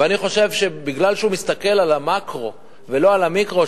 ואני חושב שמשום שהוא מסתכל על המקרו ולא על המיקרו,